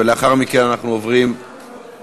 ולאחר מכן אנחנו עוברים להצבעה.